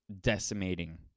decimating